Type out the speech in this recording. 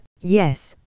yes